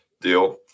deal